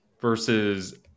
versus